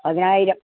പതിനായിരം